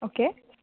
okay